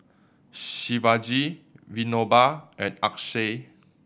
Shivaji Vinoba and Akshay